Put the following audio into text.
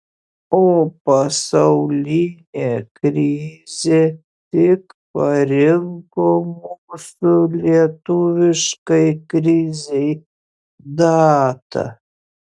o pasaulinė krizė tik parinko mūsų lietuviškai krizei datą